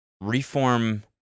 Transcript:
reform